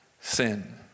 sin